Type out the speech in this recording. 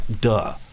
Duh